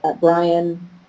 Brian